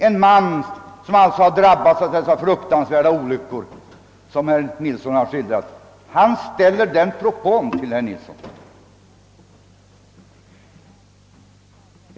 En man som alltså drabbats av de olyckor som herr Nilsson i Agnäs skildrat ställer den propån till honom.